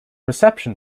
reception